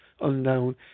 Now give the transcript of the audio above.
unknown